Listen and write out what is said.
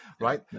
right